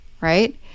right